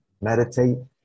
Meditate